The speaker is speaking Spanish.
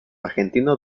argentino